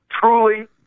truly